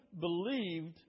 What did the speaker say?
believed